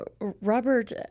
Robert